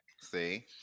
See